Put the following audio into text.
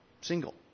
single